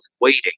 waiting